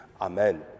Amen